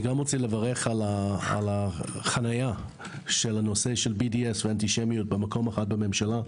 אני גם מברך על החניה של הנושא של BDS ואנטישמיות במקום אחד בממשלה.